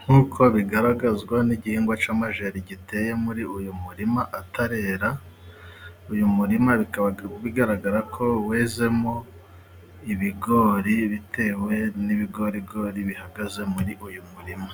nk'uko bigaragazwa n'igihingwa cy'amajeri giteye muri uyu murima atarera , uyu murima bikaba bigaragara ko wezemo ibigori bitewe n'ibigorigori bihagaze muri uyu murima.